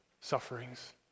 sufferings